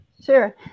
sure